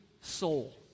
soul